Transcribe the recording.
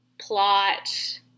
plot